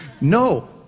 no